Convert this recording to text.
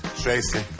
Tracy